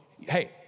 hey